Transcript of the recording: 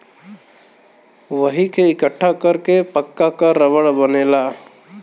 वही के इकट्ठा कर के पका क रबड़ बनेला